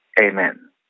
Amen